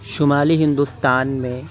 شمالی ہندوستان میں